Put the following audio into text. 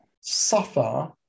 suffer